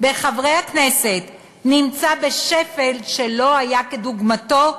בחברי הכנסת נמצא בשפל שלא היה כדוגמתו,